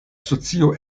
socio